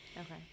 Okay